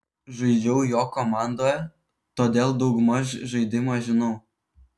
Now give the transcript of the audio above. žaidžiau jo komandoje todėl daug maž žaidimą žinau